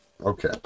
Okay